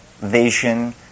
vision